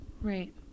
Right